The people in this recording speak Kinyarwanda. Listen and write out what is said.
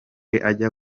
ajya